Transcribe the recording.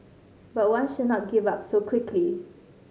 but one should not give up so quickly